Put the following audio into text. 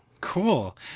Cool